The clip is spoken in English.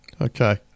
Okay